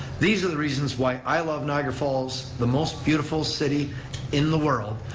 these are the reasons why i love niagara falls, the most beautiful city in the world.